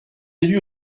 élu